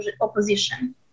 opposition